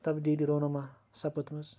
تبدیٖلی رونوما سَپُدمٕژ